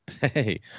Hey